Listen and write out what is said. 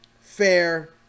fair